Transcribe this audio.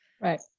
Right